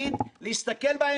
אתה מכיר אותי צבי זרחיה